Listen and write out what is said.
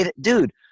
dude